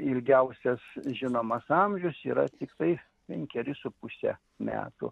ilgiausias žinomas amžius yra tiktai penkeri su puse metų